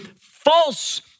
false